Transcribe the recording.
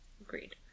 Agreed